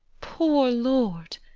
poor lord!